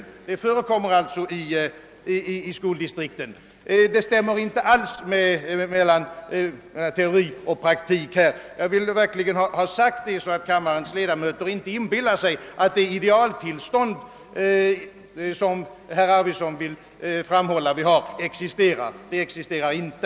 Sådant förekommer alltså i skoldistrikten, och här stämmer teori och praktik inte alls. Jag vill verkligen ha sagt detta, så att kammarens ledamöter inte inbillar sig att det idealtillstånd som herr Arvidson beskrev existerar. Det existerar inte.